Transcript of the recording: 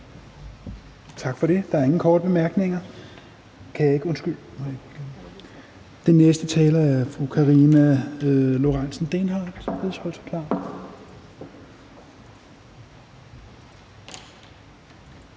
Tak for det. Der er ingen korte bemærkninger. Den næste taler er fru Karina Lorentzen Dehnhardt, som bedes holde sig klar.